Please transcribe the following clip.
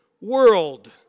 world